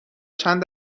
چند